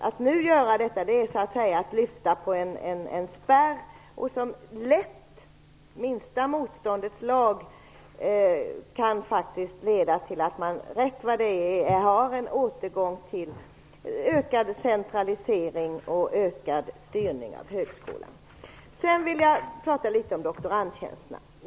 Att nu göra det är att lyfta på en spärr som lätt - minsta motståndets lag - kan leda till att man återgår till ökad centralisering och ökad styrning av högskolan. Sedan vill jag prata litet om doktorandtjänsterna.